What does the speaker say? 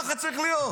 ככה צריך להיות.